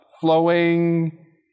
Flowing